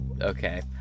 Okay